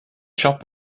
shop